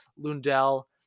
Lundell